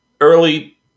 early